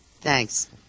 Thanks